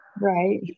Right